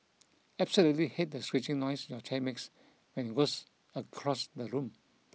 absolutely hate the screeching noise your chair makes when it was across the room